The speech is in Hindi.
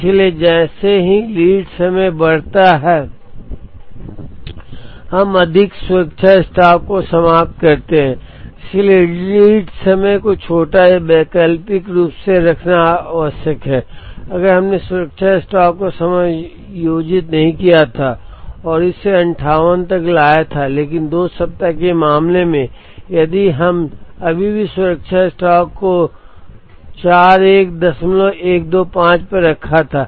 इसलिए जैसे ही लीड समय बढ़ता है हम अधिक सुरक्षा स्टॉक को समाप्त करते हैं इसलिए लीड समय को छोटा या वैकल्पिक रूप से रखना आवश्यक है अगर हमने सुरक्षा स्टॉक को समायोजित नहीं किया था और इसे 58 तक लाया था लेकिन 2 सप्ताह के मामले में यदि हम अभी भी सुरक्षा स्टॉक को 41125 पर रखा था